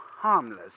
harmless